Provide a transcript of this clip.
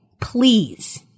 Please